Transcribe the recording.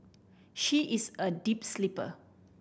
she is a deep sleeper